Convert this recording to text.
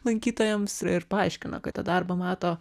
lankytojams ir paaiškino kad tą darbą mato